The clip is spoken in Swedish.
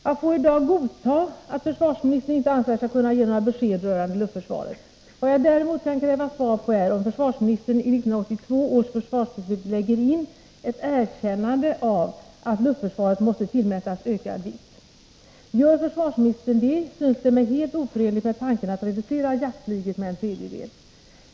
Jag får i dag godta att försvarsministern inte anser sig kunna ge några besked rörande luftförsvaret. Vad jag däremot kan kräva svar på är om försvarsministern i 1982 års försvarsbeslut lägger in ett erkännande av att luftförsvaret måste tillmätas ökad vikt. Gör försvarsministern det, synes det mig helt oförenligt med tanken att reducera jaktflyget med en tredjedel.